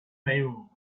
fayoum